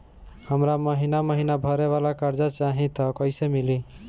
हमरा महिना महीना भरे वाला कर्जा चाही त कईसे मिली?